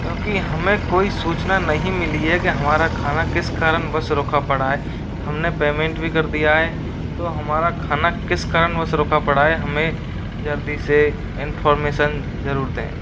क्योंकि हमें कोई सूचना नहीं मिली है कि हमारा खाना किस कारणवश रुका पड़ा है हमने पैमेंट भी कर दिया है तो हमारा खाना किस कारणवश रुका पड़ा है हमें जल्दी से इनफोरमेसन ज़रूर दें